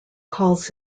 calls